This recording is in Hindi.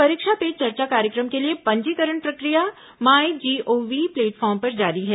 परीक्षा पे चर्चा कार्यक्रम के लिए पंजीकरण प्रक्रिया माईजीओवी प्लेटफॉर्म पर जारी है